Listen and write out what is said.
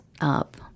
up